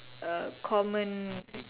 a common